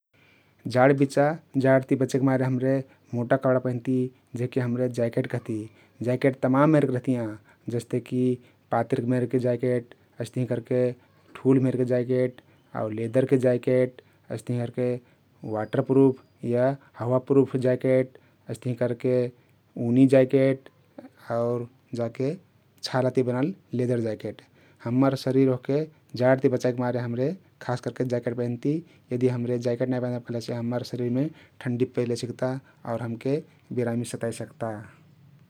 जाड बिचा जाडति बचेकमारे हमरे मोटा कपडा पैंधती जेहके हम्रे ज्याकेट कहती । ज्याकेट तमाम मेरके रहतियाँ । जस्ते कि पातिर मेरके जाकेट। अइस्तहिं करके ठुल मेरके जाकेट आउ लेदरके ज्याकेट । अइस्तहिं करके वाटर प्रुफ या हवा प्रुफ जाकेट । अइस्तहिं करके उनी ज्याकेट आउर छाला ति बनल लेदर ज्याकेट । हम्मर शरिर ओहके जाडती बचाइक मारे हम्रे खास करके ज्याकेट पैंधती । यदि हम्रे ज्याकेट नाई पैंधब कहलेसे हम्मर शरिरमे ठण्डी पेले सिक्ता आउर हमके बिरामी सताइ सक्ता ।